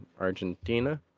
Argentina